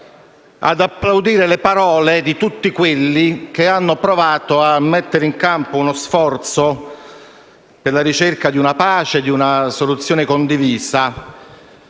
ad applaudire le parole di tutti quelli che hanno provato a mettere in campo uno sforzo per la ricerca della pace e di una soluzione condivisa,